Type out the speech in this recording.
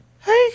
Hey